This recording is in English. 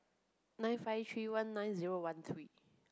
nine five three one nine zero one three